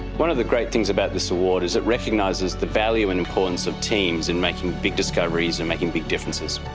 one of the great things about this award is it recognises the value and importance of teams in making big discoveries and making big differences.